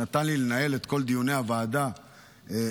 שנתן לי לנהל את כל דיוני הוועדה בעניין,